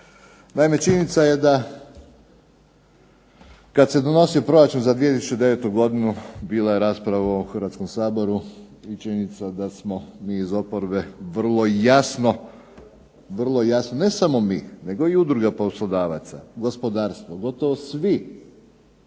Naime činjenica je da kad se donosio proračun za 2009. godinu bila je rasprava u ovom Hrvatskom saboru i činjenica da smo mi iz oporbe vrlo jasno, ne samo mi nego i udruge poslodavaca, gospodarstvo, gotovo svi